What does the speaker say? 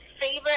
favorite